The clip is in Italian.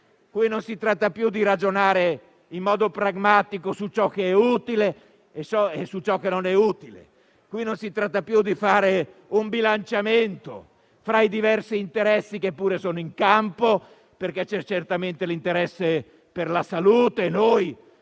Qui non si tratta più di ragionare in modo pragmatico su ciò che è utile e su ciò che non lo è. Non si tratta più di fare un bilanciamento tra i diversi interessi che pure sono in campo, perché c'è certamente l'interesse per la salute -